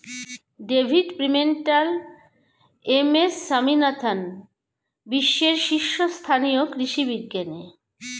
David Pimentel, M S Swaminathan বিশ্বের শীর্ষস্থানীয় কৃষি বিজ্ঞানী